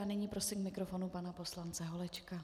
A nyní prosím k mikrofonu pana poslance Holečka.